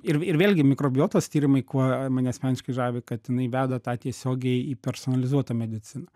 ir ir vėlgi mikrobiotos tyrimai kuo mane asmeniškai žavi kad jinai veda tą tiesiogiai į personalizuotą mediciną